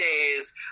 days